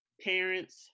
parents